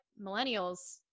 millennials